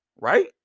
Right